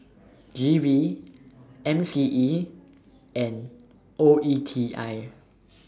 G V M C E and O E T I